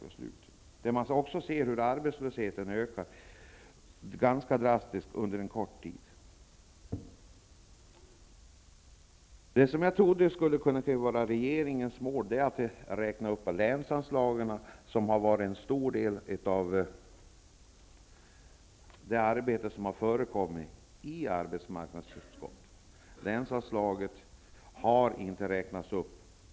Där kan man också se hur arbetslösheten ökat ganska drastiskt under en kort tid. Det som jag trodde skulle kunna vara regeringens mål var att räkna upp länsanslagen. De har tagit i anspråk en stor del av det arbete som har förekommit i arbetsmarknadsutskottet. Länsanslagen har inte räknats upp.